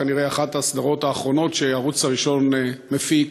כנראה אחת הסדרות האחרונות שהערוץ הראשון מפיק,